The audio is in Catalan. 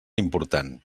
important